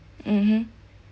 mmhmm